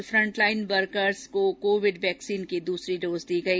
साथ ही frontline workers को कोविड वैक्सीन की दूसरी डोज दी गई